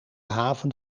haven